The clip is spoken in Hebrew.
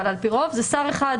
אבל על פי רוב זה שר אחד,